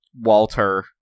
Walter